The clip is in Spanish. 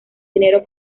dinero